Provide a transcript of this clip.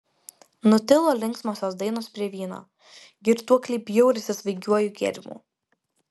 nutilo linksmosios dainos prie vyno girtuokliai bjaurisi svaigiuoju gėrimu